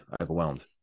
overwhelmed